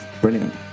brilliant